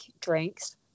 drinks